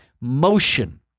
Motion